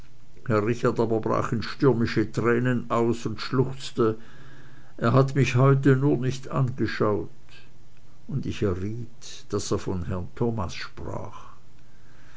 in stürmische tränen aus und schluchzte er hat mich heute nur nicht angeschaut und ich erriet daß er von herrn thomas sprach